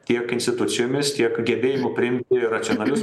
tiek institucijomis tiek gebėjimu priimti racionalius